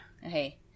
Hey